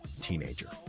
teenager